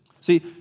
See